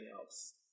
else